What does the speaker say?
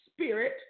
Spirit